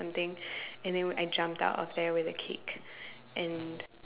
something and then I jumped out of there with a cake and